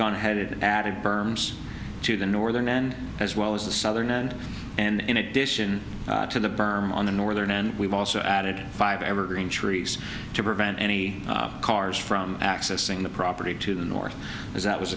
gone headed added berms to the northern end as well as the southern end and in addition to the berm on the northern end we've also added five evergreen trees to prevent any cars from accessing the property to the north is that was